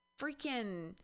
freaking